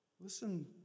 Listen